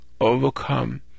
overcome